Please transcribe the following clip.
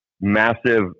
massive